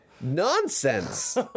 nonsense